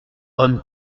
homme